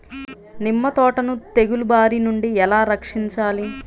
నిమ్మ తోటను తెగులు బారి నుండి ఎలా రక్షించాలి?